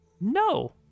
No